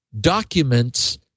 documents